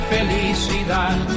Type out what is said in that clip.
Felicidad